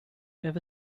ever